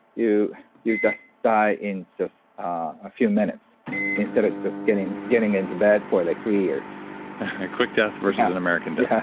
you just die in just a few minutes instead of just getting getting into bed for like three years. a quick death versus an american death.